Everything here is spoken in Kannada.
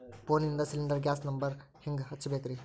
ಫೋನಿಂದ ಸಿಲಿಂಡರ್ ಗ್ಯಾಸ್ ನಂಬರ್ ಹೆಂಗ್ ಹಚ್ಚ ಬೇಕ್ರಿ?